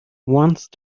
once